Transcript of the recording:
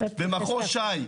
במחוז ש"י,